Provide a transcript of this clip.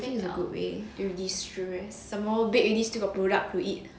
baking is a good way to distress somemore bake already still got product to eat